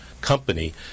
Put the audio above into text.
company